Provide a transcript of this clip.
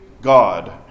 God